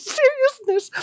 seriousness